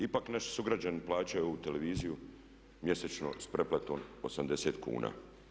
Ipak naši sugrađani plaćaju ovu televiziju mjesečno s pretplatom 80 kn.